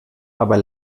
aber